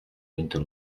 winter